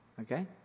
Okay